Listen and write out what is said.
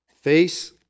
Face